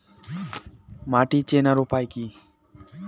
মাটি চেনার উপায় কি?